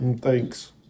Thanks